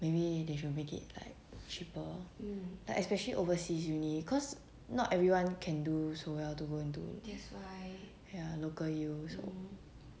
maybe they should make it like cheaper like especially overseas uni cause not everyone can do so well to go into ya local U so